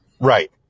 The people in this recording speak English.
Right